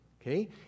okay